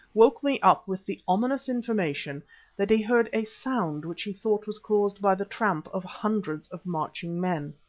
woke me up with the ominous information that he heard a sound which he thought was caused by the tramp of hundreds of marching men.